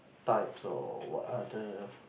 types or what other